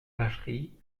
vacherie